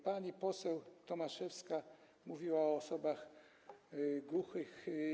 Pani poseł Tomaszewska mówiła o osobach głuchych.